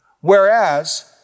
Whereas